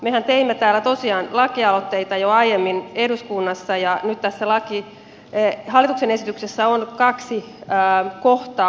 mehän teimme täällä tosiaan lakialoitteita jo aiemmin eduskunnassa ja nyt tässä hallituksen esityksessä on kaksi kohtaa